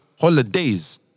holidays